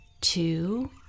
two